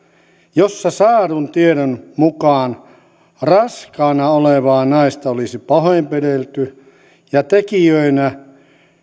jossa saadun tiedon mukaan raskaana olevaa naista olisi pahoinpidelty ja tekijöinä